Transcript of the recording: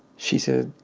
she said,